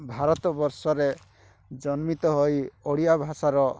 ଭାରତବର୍ଷରେ ଜନ୍ମିତ ହୋଇ ଓଡ଼ିଆ ଭାଷାର